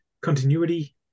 continuity